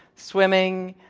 swimming,